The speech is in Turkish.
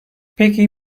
peki